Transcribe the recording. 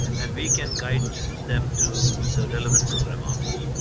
and we can guide them to the relevant program office.